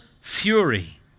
fury